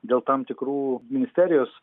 dėl tam tikrų ministerijos